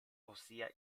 ossia